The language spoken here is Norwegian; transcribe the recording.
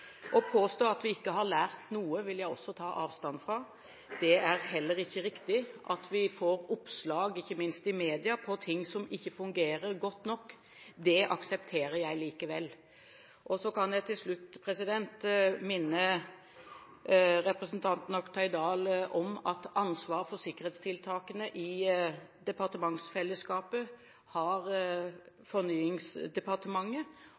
Å påstå at vi ikke har lært noe, vil jeg også ta avstand fra; det er heller ikke riktig. At vi får oppslag, ikke minst i media, om ting som ikke fungerer godt nok, aksepterer jeg likevel. Så kan jeg til slutt minne representanten Oktay Dahl om at det er Fornyingsdepartementet som har ansvar for sikkerhetstiltakene i departementsfellesskapet.